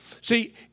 See